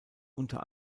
unter